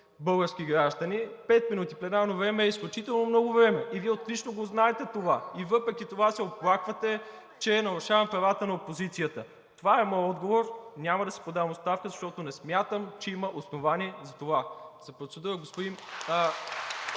български граждани, пет минути пленарно време е изключително много време. Вие отлично знаете това и въпреки това се оплаквате, че нарушавам правата на опозицията. Това е моят отговор: няма да си подам оставката, защото не смятам, че има основание за това. (Ръкопляскания